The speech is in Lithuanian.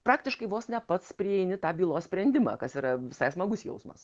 praktiškai vos ne pats prieini tą bylos sprendimą kas yra visai smagus jausmas